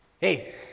Hey